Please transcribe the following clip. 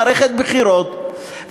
מערכת בחירות,